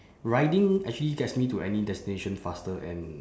riding actually gets me to any destination faster and